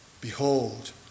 Behold